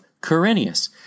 Quirinius